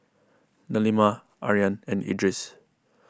Delima Aryan and Idris